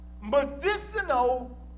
medicinal